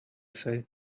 say